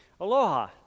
Aloha